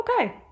Okay